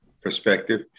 perspective